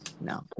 No